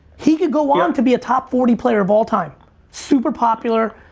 he could go on to be a top forty player of all time super popular,